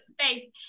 space